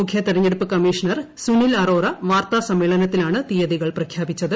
മുഖ്യ തെരഞ്ഞെടുപ്പ് കമ്മീഷണർ സുനിൽ അറോറ വാർത്താസമ്മേളനത്തിലാണ് തീയതികൾ പ്രഖ്യാപിച്ചത്